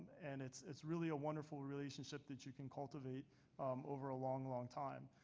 and it's it's really a wonderful relationship that you can cultivate over a long long time.